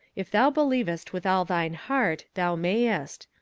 if thou believest with all thine heart, thou mayest.